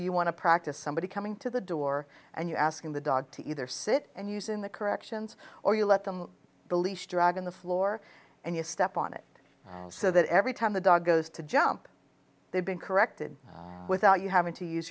you want to practice somebody coming to the door and you're asking the dog to either sit and use in the corrections or you let them the least drag on the floor and you step on it so that every time the dog goes to jump they've been corrected without you having to use